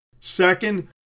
Second